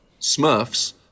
Smurfs